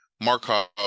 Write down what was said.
Markov